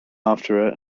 after